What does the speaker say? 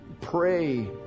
pray